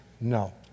no